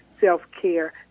self-care